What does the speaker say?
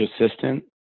assistant